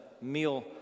meal